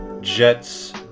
Jets